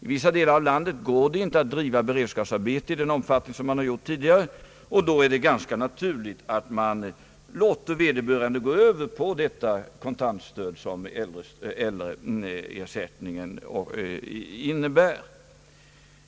I vissa delar av landet går det inte att driva beredskapsarbeten i den omfattning som man har gjort tidigare, och då är det ganska naturligt att man låter vederbörande bidragssökande få det kontantstöd som äldre-ersättningen innebär.